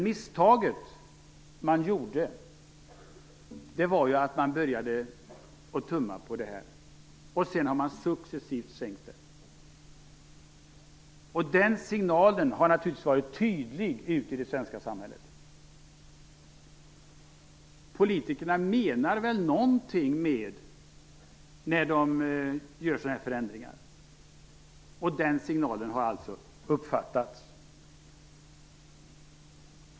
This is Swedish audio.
Misstaget man gjorde var att man började tumma på målet. Sedan har man successivt sänkt biståndet. Den signalen har naturligtvis varit tydlig ut i det svenska samhället. Politikerna menar väl någonting med de förändringar de gör. Den signalen har alltså uppfattats.